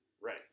Right